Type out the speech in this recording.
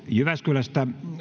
jyväskylästä